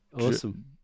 Awesome